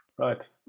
Right